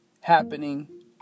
happening